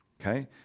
okay